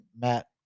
matt